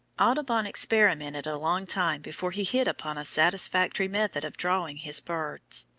audubon experimented a long time before he hit upon a satisfactory method of drawing his birds.